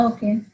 Okay